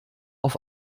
auf